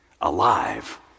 alive